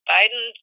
Biden